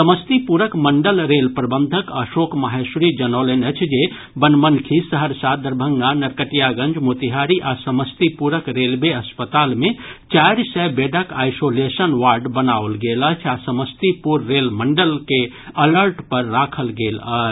समस्तीपुरक मंडल रेल प्रबंधक अशोक माहेश्वरी जनौलनि अछि जे बनमनखी सहरसा दरभंगा नरकटियागंज मोतिहारी आ समस्तीपुरक रेलवे अस्पताल मे चारि सय बेडक आइसोलेशन वार्ड बनाओल गेल अछि आ समस्तीपुर रेल मंडल के अलर्ट पर राखल गेल अछि